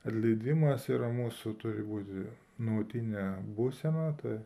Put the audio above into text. atleidimas yra mūsų turi būti nuolatinė būsena tai